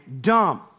dumb